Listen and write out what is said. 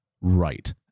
right